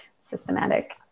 systematic